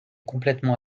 complètement